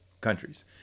countries